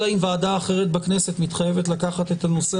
אלא אם ועדה אחרת בכנסת מתחייבת לקחת את הנושא